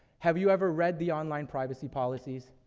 have you ever read the online privacy policies?